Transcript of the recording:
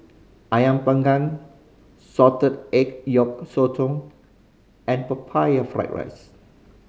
Ayam Panggang salted egg yolk sotong and Pineapple Fried rice